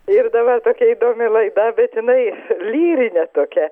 ir dabar tokia įdomi laida bet jinai lyrinė tokia